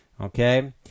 okay